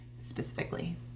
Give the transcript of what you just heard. specifically